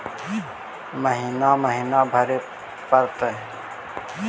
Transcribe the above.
महिना महिना भरे परतैय?